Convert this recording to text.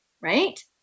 right